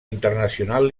internacional